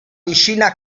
vicina